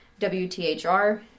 WTHR